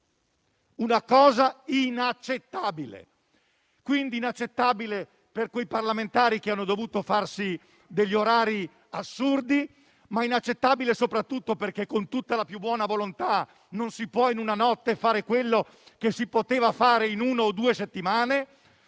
una cosa inaccettabile. È inaccettabile per quei parlamentari che hanno dovuto fare degli orari assurdi, ma soprattutto perché, con tutta la buona volontà, non si può fare in una notte quello che si poteva fare in una o due settimane.